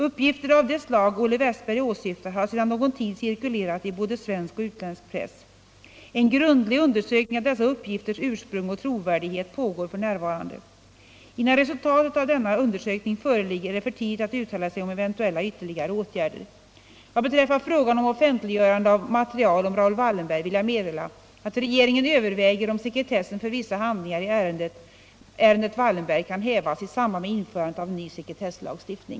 Uppgifter av det stag Olle Wästberg åsyftar har sedan någon tid cirkulerat i både svensk och utländsk press. En grundlig undersökning av dessa uppgifters ursprung och trovärdighet pågår f. n. Innan resultatet av denna undersökning föreligger är det för tidigt att uttala sig om eventuella vtterligare åtgärder. berg vill jag meddela att regeringen överväger om sekretessen för vissa handlingar i ärendet Wallenberg kan hävas i samband med införandet av ny sekretesslagstiftning.